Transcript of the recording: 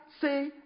say